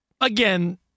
Again